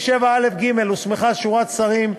בסעיף 7א(ג) הוסמכה שורת שרים,